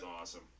awesome